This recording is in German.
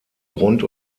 grund